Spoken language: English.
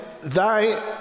thy